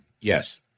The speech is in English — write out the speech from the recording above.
yes